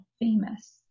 famous